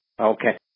Okay